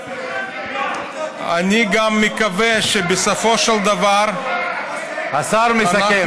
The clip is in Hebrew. אני גם מקווה שבסופו של דבר, השר מסכם.